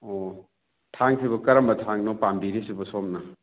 ꯑꯣ ꯊꯥꯡꯁꯤꯕꯨ ꯀꯔꯝꯕ ꯊꯥꯡꯅꯣ ꯄꯥꯝꯕꯤꯔꯤꯁꯤꯕꯨ ꯁꯣꯝꯅ